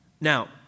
Now